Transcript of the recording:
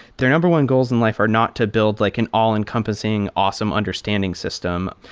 their number one goals in life are not to build like an all-encompassing, awesome understanding system.